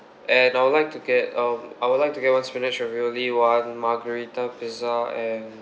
and I would like to get um I would like to get one spinach ravioli one margherita pizza and